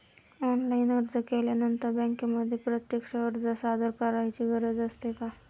Online अर्ज केल्यानंतर बँकेमध्ये प्रत्यक्ष अर्ज सादर करायची गरज असते का?